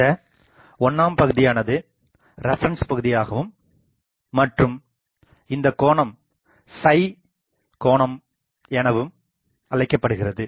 இந்த 1 ஆம் பகுதியானது ரெஃபரென்ஸ்பகுதியாகவும் மற்றும் இந்தகோணம் சை கோணம் எனவும் அழைக்கப்படுகிறது